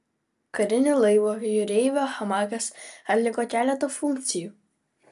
karinio laivo jūreivio hamakas atliko keletą funkcijų